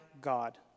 God